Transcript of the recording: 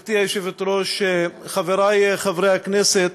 גברתי היושבת-ראש, חברי חברי הכנסת,